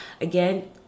again